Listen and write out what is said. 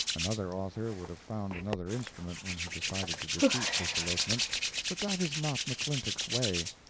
another author would have found another instrument when he decided to defeat this elopement but that is not mcclintock's way.